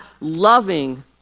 loving